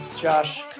Josh